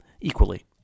equally